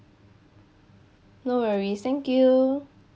no worries thank you